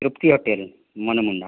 Tripti hotel Manamunda